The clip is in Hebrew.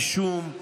אישום,